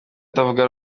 atavuga